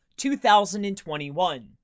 2021